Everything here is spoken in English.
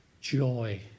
joy